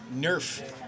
Nerf